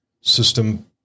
system